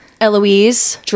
Eloise